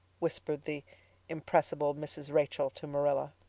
whispered the impressible mrs. rachel to marilla.